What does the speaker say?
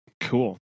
Cool